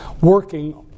working